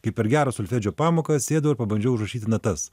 kaip per gerą solfedžio pamoką sėdau ir pabandžiau užrašyti natas